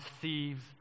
thieves